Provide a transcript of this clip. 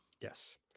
Yes